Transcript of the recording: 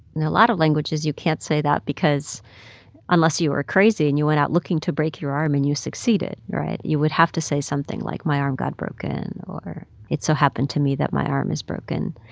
in a lot of languages, you can't say that because unless you were crazy, and you went out looking to break your arm, and you succeeded right? you would have to say something like, my arm got broken, or it so happened to me that my arm is broken.